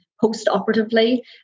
post-operatively